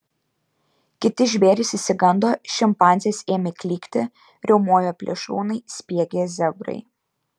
kiti žvėrys išsigando šimpanzės ėmė klykti riaumojo plėšrūnai spiegė zebrai